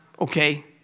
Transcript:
okay